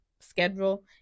schedule